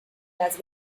las